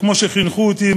וכמו שחינכו אותי,